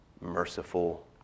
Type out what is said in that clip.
merciful